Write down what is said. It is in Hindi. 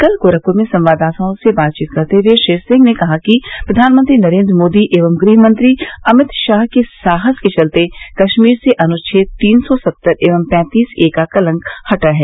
कल गोरखपुर में संवाददाताओं से बातचीत करते हुए श्री सिंह ने कहा कि प्रधानमंत्री नरेन्द्र मोदी एवं गृह मंत्री अमित शाह के साहस के चलते कश्मीर से अनुछेद तीन सौ सत्तर एवं पैंतीस ए का कलंक हटा है